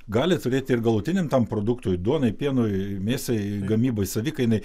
gali turėti ir galutiniam produktui duonai pienui mėsai gamybai savikainai